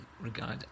regard